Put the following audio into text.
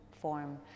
form